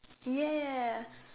yes